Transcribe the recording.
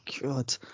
god